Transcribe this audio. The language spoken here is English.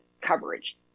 coverage